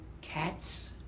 Cats